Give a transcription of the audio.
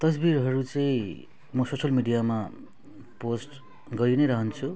तस्बिरहरू चाहिँ म सोसियल मिडियामा पोस्ट गरी नै रहन्छु